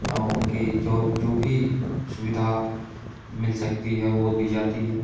उनकी जो जो भी सुविधा मिल सकती है वह दी जाती है